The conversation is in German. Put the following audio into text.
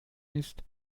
ist